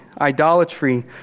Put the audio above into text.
idolatry